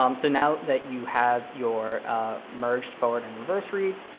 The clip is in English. um so now that you have your merged forward and reverse reads,